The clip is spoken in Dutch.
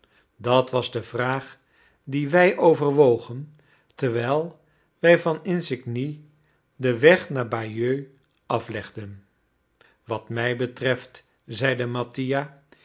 dat was de vraag die wij overwogen terwijl wij van isigny den weg naar bayeux aflegden wat mij betreft zeide mattia